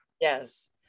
Yes